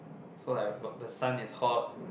so like what the sun is hot